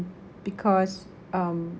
because um